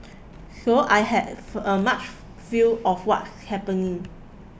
so I have a much feel of what's happening